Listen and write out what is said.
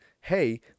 Hey